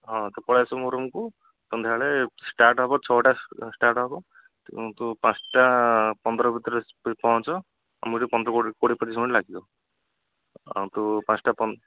ହଁ ତୁ ପଳାଇ ଆସିବୁ ମୋ ରୁମ୍କୁ ସନ୍ଧ୍ୟାବେଳେ ଷ୍ଟାର୍ଟ୍ ହେବ ଛଅଟା ଷ୍ଟାର୍ଟ୍ ହେବ ତୁ ପାଞ୍ଚଟା ପନ୍ଦର ଭିତରେ ଆସି ପହଞ୍ଚ ଆମକୁ ଏଠି ପନ୍ଦର କୋଡ଼ିଏ ପଚିଶ ମିନିଟ୍ ଲାଗିବ ଆଉ ତୁ ପାଞ୍ଚଟା